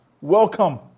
welcome